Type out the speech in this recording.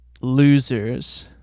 losers